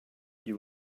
you